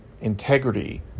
integrity